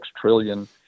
trillion